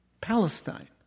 Palestine